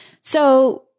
So-